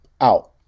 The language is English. Out